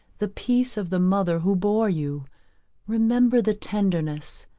the peace of the mother who bore you remember the tenderness,